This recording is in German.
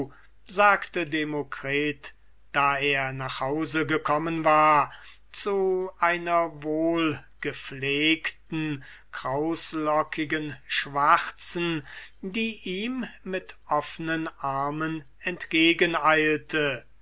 sagte demokritus da er nach hause gekommen war zu einer wohlgepflegten krauslockigen schwarzen die ihm mit offnen armen